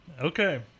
Okay